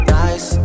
nice